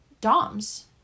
doms